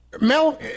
Mel